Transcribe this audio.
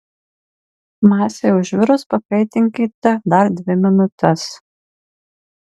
masei užvirus pakaitinkite dar dvi minutes